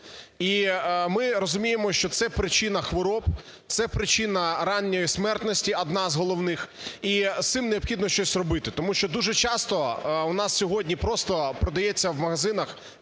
і ми розуміємо, що це причина хвороб, це причина ранньої смертності одна з головних і з цим необхідно щось робити тому що дуже часто у нас сьогодні просто продається в магазинах